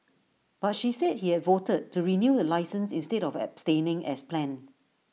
but she said he had voted to renew the licence instead of abstaining as planned